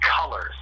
Colors